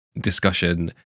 discussion